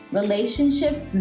relationships